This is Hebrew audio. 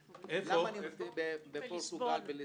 בליסבון.